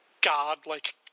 god-like